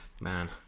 Man